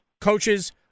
coaches